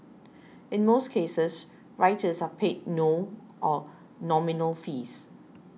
in most cases writers are paid no or nominal fees